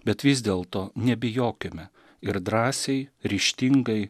bet vis dėlto nebijokime ir drąsiai ryžtingai